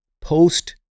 post